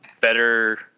better